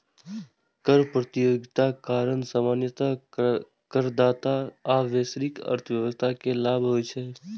कर प्रतियोगिताक कारण सामान्यतः करदाता आ वैश्विक अर्थव्यवस्था कें लाभ होइ छै